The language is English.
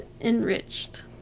enriched